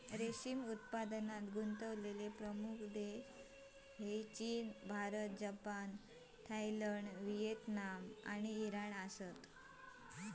रेशीम उत्पादनात गुंतलेले प्रमुख देश चीन, भारत, जपान, थायलंड, व्हिएतनाम आणि इराण हत